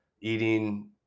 eating